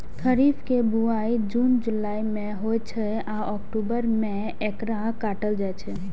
खरीफ के बुआई जुन जुलाई मे होइ छै आ अक्टूबर मे एकरा काटल जाइ छै